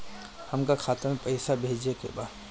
हमका खाता में पइसा भेजे के बा